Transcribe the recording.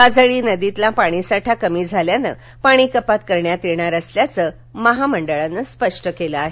काजळी नदीतला पाणीसाठा कमी झाल्यानं पाणीकपात करण्यात येणार असल्याचं महामंडळानं स्पष्ट केलं आहे